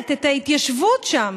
מנהלת גם את ההתיישבות שם,